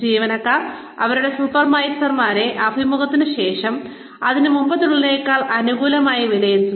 ജീവനക്കാർ അവരുടെ സൂപ്പർവൈസർമാരെ അഭിമുഖത്തിന് ശേഷം അതിന് മുമ്പുള്ളതിനേക്കാൾ അനുകൂലമായി വിലയിരുത്തുന്നു